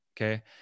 Okay